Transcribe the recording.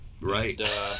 Right